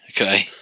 Okay